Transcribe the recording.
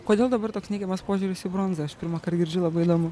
kodėl dabar toks neigiamas požiūris į bronzą aš pirmąkart girdžiu labai įdomu